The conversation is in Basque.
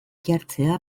jartzea